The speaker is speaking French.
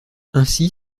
ainsi